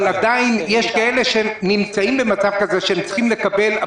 אבל עדיין יש כאלה שנמצאים במצב כזה שהם צריכים לקבל,